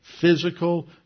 physical